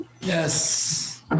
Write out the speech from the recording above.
yes